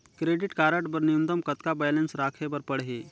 Credit card बर न्यूनतम कतका बैलेंस राखे बर पड़ही?